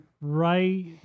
right